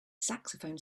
saxophone